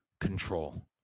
control